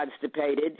constipated